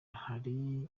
hari